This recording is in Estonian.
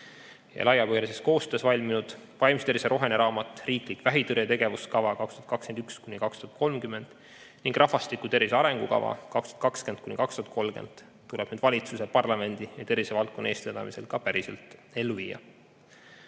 Laiapõhjalises koostöös valminud vaimse tervise roheline raamat, riiklik vähitõrje tegevuskava aastateks 2021–2030 ning rahvastiku tervise arengukava 2020–2030 tuleb nüüd valitsuse, parlamendi ja tervisevaldkonna eestvedamisel ka päriselt ellu viia.